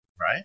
Right